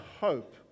hope